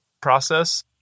process